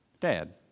Dad